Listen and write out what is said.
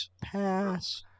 Pass